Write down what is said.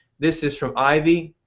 this is from ivy.